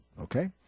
Okay